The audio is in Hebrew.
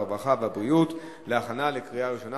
הרווחה והבריאות להכנה לקריאה ראשונה.